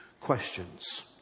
questions